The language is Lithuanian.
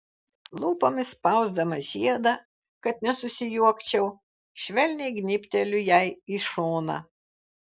lūpomis spausdamas žiedą kad nesusijuokčiau švelniai gnybteliu jai į šoną